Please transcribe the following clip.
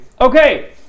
Okay